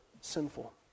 sinful